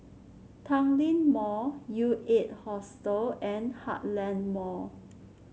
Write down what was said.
Tanglin Mall U Eight Hostel and Heartland Mall